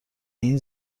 این